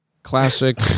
Classic